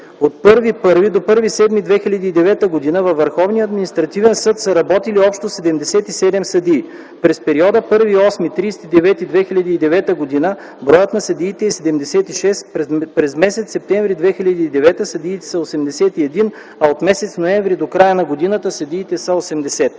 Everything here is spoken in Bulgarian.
От 01.01. до 01.07.2009 г. във Върховния административен съд са работили общо 77 съдии. През периода 01.08. – 30.09.2009 г. броят на съдиите е 76; през м. септември 2009 г. съдиите са 81, а от м. ноември до края на годината съдиите са 80.